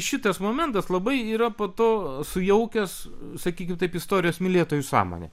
šitas momentas labai yra po to sujaukęs sakykim taip istorijos mylėtojų sąmonę